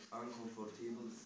uncomfortable